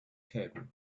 table